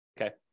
okay